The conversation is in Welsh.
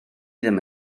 ddim